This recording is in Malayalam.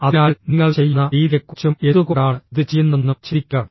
അതിനാൽ നിങ്ങൾ ചെയ്യുന്ന രീതിയെക്കുറിച്ചും എന്തുകൊണ്ടാണ് ഇത് ചെയ്യുന്നതെന്നും ചിന്തിക്കുക